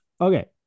Okay